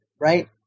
right